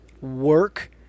work